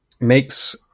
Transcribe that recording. makes